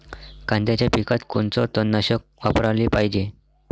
कांद्याच्या पिकात कोनचं तननाशक वापराले पायजे?